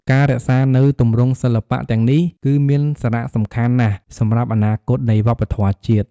ការរក្សានូវទម្រង់សិល្បៈទាំងនេះគឺមានសារៈសំខាន់ណាស់សម្រាប់អនាគតនៃវប្បធម៌ជាតិ។